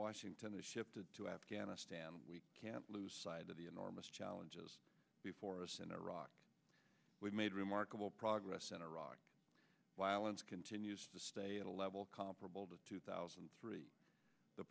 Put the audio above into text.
washington has shifted to afghanistan we can't lose sight of the enormous challenges before us in iraq we've made remarkable progress in iraq while and continues to stay at a level comparable to two thousand and three the